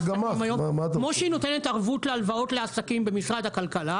כמו שהיא נותנת ערבות להלוואות לעסקים במשרד הכלכלה